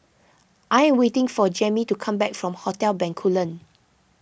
I am waiting for Jammie to come back from Hotel Bencoolen